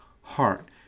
heart